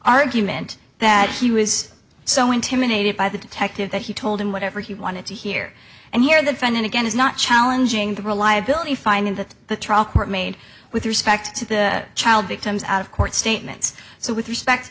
argument that he was so intimidated by the detective that he told him whatever he wanted to hear and hear the fine and again is not challenging the reliability finding that the trial court made with respect to the child victims out of court statements so with respect